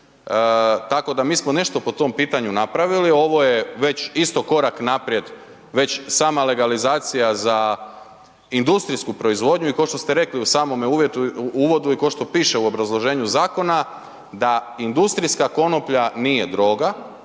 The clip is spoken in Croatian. tako da mi smo nešto po tom pitanju napravili, ovo je već isto korak naprijed, već sama legalizacija za industrijsku proizvodnju i košto ste rekli i u samom uvodu i košto piše u obrazloženju zakona da industrijska konoplja nije droga